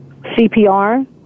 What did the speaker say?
CPR